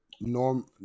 norm